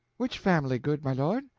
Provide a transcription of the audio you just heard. which family, good my lord?